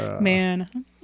Man